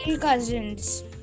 cousins